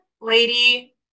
lady